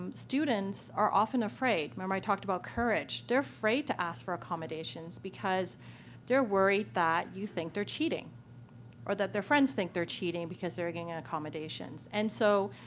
students are often afraid. remember i talked about courage. they're afraid to ask for accommodations because they're worried that you think they're cheating or that their friends think they're cheating because they're getting ah accommodations. and so,